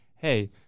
hey